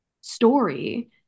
story